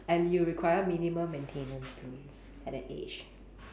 and you require minimum maintenance too at that age